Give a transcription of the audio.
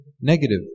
negative